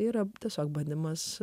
yra tiesiog bandymas